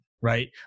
right